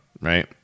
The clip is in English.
Right